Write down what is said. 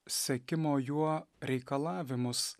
sekimo juo reikalavimus